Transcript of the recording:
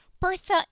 Bertha